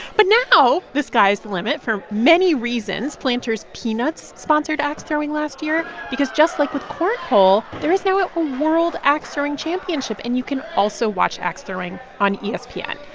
but now the sky's the limit for many reasons. planters peanuts sponsored axe throwing last year because just like with cornhole, there is now a world axe throwing championship. and you can also watch axe throwing on espn.